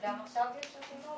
גם כאן.